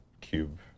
cube